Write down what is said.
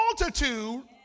multitude